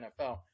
NFL